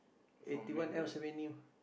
eighty one Alps avenue